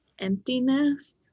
emptiness